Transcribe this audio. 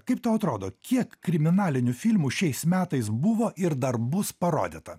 kaip tau atrodo kiek kriminalinių filmų šiais metais buvo ir dar bus parodyta